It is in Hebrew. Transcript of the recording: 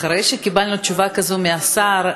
אחרי שקיבלנו תשובה כזו מהשר,